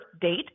date